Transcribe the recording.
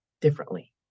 differently